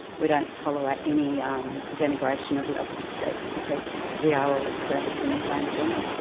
we don't tolerate any um denigration of the opposite sex because we are all experiencing the same thing.